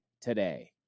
today